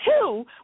two